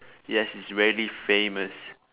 yes it's really famous